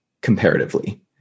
comparatively